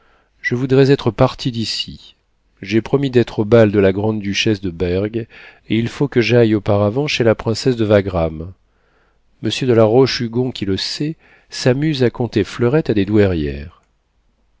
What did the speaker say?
je voudrais être partie d'ici j'ai promis d'être au bal de la grande-duchesse de berg et il faut que j'aille auparavant chez la princesse de wagram monsieur de la roche-hugon qui le sait s'amuse à conter fleurette à des douairières